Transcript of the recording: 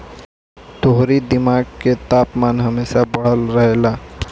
तोहरी दिमाग के तापमान हमेशा बढ़ल रहेला